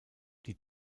die